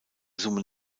summe